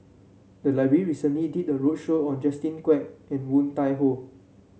the library recently did a roadshow on Justin Quek and Woon Tai Ho